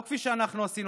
לא כפי שאנחנו עשינו,